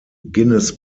guinness